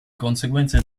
conseguenze